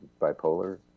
bipolar